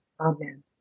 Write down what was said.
Amen